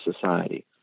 society